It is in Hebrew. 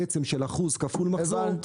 של אחוז כפול מחזור, תקטן.